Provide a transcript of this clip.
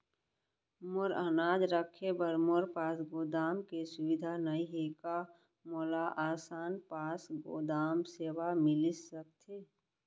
मोर अनाज रखे बर मोर पास गोदाम के सुविधा नई हे का मोला आसान पास गोदाम सेवा मिलिस सकथे?